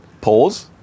Pause